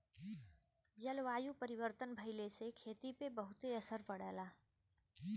जलवायु परिवर्तन भइले से खेती पे बहुते असर पड़ला